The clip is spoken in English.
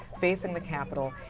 facing the capital.